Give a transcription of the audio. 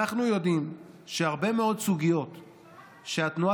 אנחנו יודעים שהרבה מאוד סוגיות שהתנועה